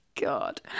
god